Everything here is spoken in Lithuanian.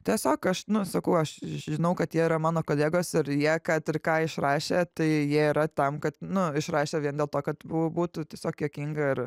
tiesiog aš sakau aš žinau kad jie yra mano kolegos ir jie kad ir ką išrašė tai jie yra tam kad nu išrašė vien dėl to kad būtų tiesiog juokinga